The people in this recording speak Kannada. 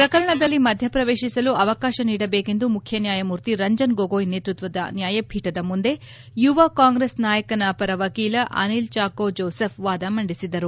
ಪ್ರಕರಣದಲ್ಲಿ ಮಧ್ಯಪ್ರವೇಶಿಸಲು ಅವಕಾಶ ನೀಡಬೇಕೆಂದು ಮುಖ್ಜನ್ಯಾಯಮೂರ್ತಿ ರಂಜನ್ ಗೊಗೊಯ್ ನೇತೃತ್ವದ ನ್ಯಾಯಪೀಠದ ಮುಂದೆ ಯುವ ಕಾಂಗ್ರೆಸ್ ನಾಯಕನ ಪರ ವಕೀಲ ಅನಿಲ್ ಚಾಕೋ ಜೋಸೆಫ್ ವಾದ ಮಂಡಿಸಿದರು